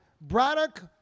Braddock